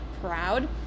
proud